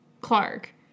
Clark